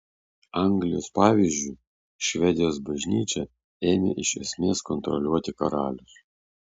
anglijos pavyzdžiu švedijos bažnyčią ėmė iš esmės kontroliuoti karalius